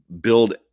build